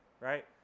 Right